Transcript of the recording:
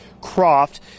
Croft